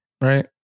Right